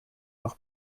noch